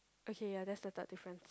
okay ya that's the third difference